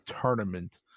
tournament